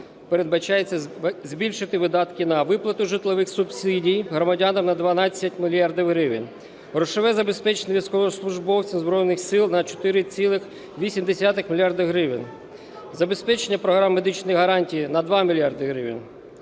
передбачається: збільшити видатки на виплату житлових субсидій громадянам на 12 мільярдів гривень; грошове забезпечення військовослужбовців Збройних Сил – на 4,8 мільярда гривень; забезпечення Програми медичних гарантій – на 2 мільярди